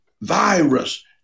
virus